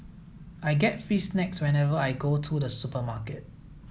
I get free snacks whenever I go to the supermarket